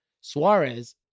suarez